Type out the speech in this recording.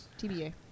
TBA